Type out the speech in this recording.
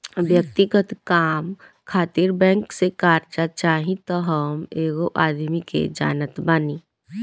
व्यक्तिगत काम खातिर बैंक से कार्जा चाही त हम एगो आदमी के जानत बानी